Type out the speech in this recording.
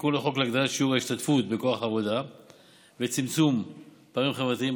בתיקון לחוק להגדלת שיעור ההשתתפות בכוח העבודה ולצמצום פערים חברתיים,